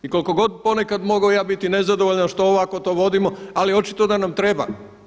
I koliko ponekad mogao ja biti nezadovoljan što ovako to vodimo, ali očito da nam treba.